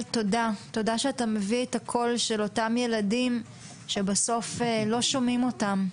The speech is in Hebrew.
תודה שאתה מביא את הקול של אותם ילדים שלא שומעים אותם.